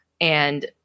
and-